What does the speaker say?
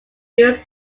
jewish